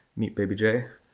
meet baby j,